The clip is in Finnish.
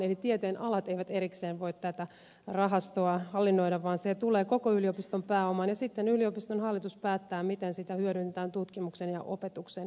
eli tieteenalat eivät erikseen voi tätä rahastoa hallinnoida vaan se tulee koko yliopiston pääomaan ja sitten yliopiston hallitus päättää miten sitä hyödynnetään tutkimuksen ja opetuksen hyväksi